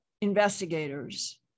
investigators